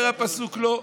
אומר הפסוק: לא.